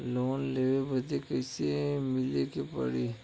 Loan लेवे बदी कैसे मिले के पड़ी?